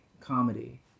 Comedy